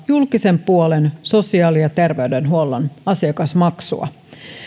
julkisen puolen sosiaali ja terveydenhuollon asiakasmaksua